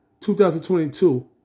2022